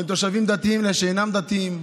בין תושבים דתיים לשאינם דתיים,